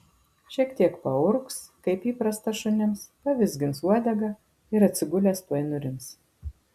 šiek tiek paurgs kaip įprasta šunims pavizgins uodega ir atsigulęs tuoj nurims